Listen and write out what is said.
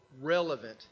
relevant